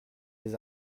les